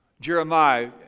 Jeremiah